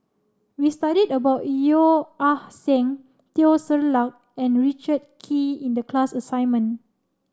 we studied about Yeo Ah Seng Teo Ser Luck and Richard Kee in the class assignment